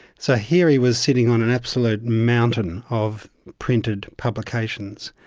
so here he was sitting on an absolute mountain of printed publications.